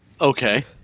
Okay